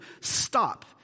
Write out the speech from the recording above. stop